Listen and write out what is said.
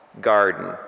garden